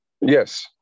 Yes